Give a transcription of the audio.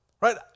Right